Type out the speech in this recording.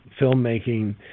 filmmaking